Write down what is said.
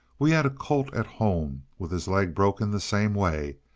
we had a colt at home with his leg broken the same way,